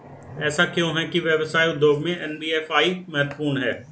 ऐसा क्यों है कि व्यवसाय उद्योग में एन.बी.एफ.आई महत्वपूर्ण है?